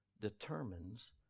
determines